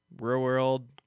real-world